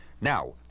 Now